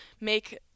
make